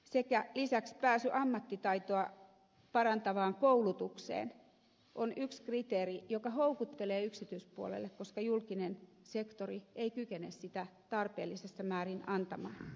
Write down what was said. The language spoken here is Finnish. lisäksi pääsy ammattitaitoa parantavaan koulutukseen on yksi kriteeri joka houkuttelee yksityispuolelle koska julkinen sektori ei kykene sitä tarpeellisessa määrin antamaan